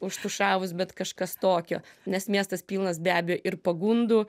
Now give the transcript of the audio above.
užtušavus bet kažkas tokio nes miestas pilnas be abejo ir pagundų